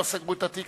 לא סגרו את התיק,